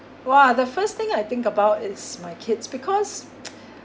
!wah! the first thing I think about is my kids because